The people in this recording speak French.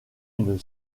une